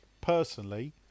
Personally